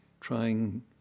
trying